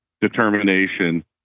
determination